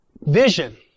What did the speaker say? Vision